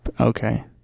Okay